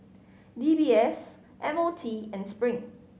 D B S M O T and Spring